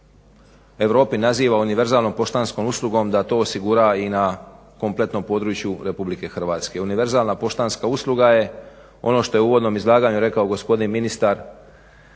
Europi naziva univerzalnom poštanskom uslugom da to osigura i na kompletnom području RH. Univerzalna poštanska usluga je ono što je u uvodnom izlaganju rekao gospodin ministar